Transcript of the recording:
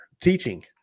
teaching